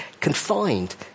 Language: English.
confined